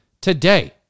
today